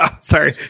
Sorry